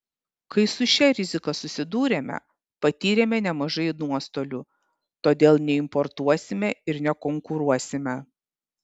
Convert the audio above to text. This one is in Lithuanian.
kai su šia rizika susidūrėme patyrėme nemažai nuostolių todėl neimportuosime ir nekonkuruosime